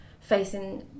facing